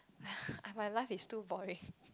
my life is too boring